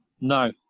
No